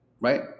right